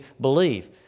believe